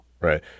Right